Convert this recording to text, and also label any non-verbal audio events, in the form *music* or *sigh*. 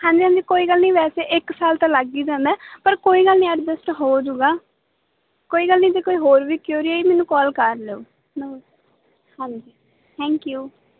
ਹਾਂਜੀ ਹਾਂਜੀ ਕੋਈ ਗੱਲ ਨਹੀਂ ਵੈਸੇ ਇੱਕ ਸਾਲ ਤਾਂ ਲੱਗ ਹੀ ਜਾਂਦਾ ਪਰ ਕੋਈ ਗੱਲ ਨਹੀਂ ਅਡਜਸਟ ਹੋ ਜੂਗਾ ਕੋਈ ਗੱਲ ਨਹੀਂ ਜੇ ਕੋਈ ਹੋਰ ਵੀ ਕਿਊਰੀ ਹੋਈ ਮੈਨੂੰ ਕੋਲ ਕਰ ਲਿਓ *unintelligible* ਹਾਂਜੀ ਥੈਂਕ ਯੂ